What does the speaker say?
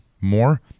more